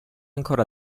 ancora